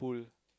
pool